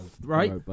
right